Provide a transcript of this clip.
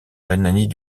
rhénanie